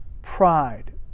Pride